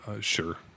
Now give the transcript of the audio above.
Sure